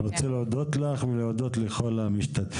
אני רוצה להודות לך ולכל המשתתפים.